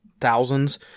thousands